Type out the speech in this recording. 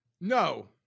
No